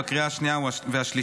בקריאה השנייה והשלישית.